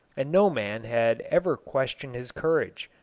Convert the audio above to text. and no man had ever questioned his courage.